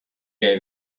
gave